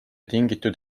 tingitud